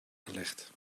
gelegd